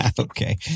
Okay